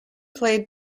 played